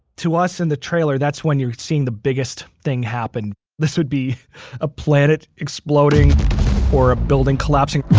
to us in the trailer, that's when you're seeing the biggest thing happen this would be a planet exploding or a building collapsing